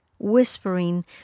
Whispering